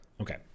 Okay